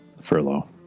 furlough